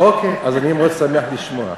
אוקיי, אז אני שמח מאוד לשמוע.